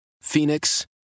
Phoenix